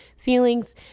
Feelings